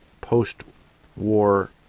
post-war